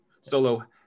solo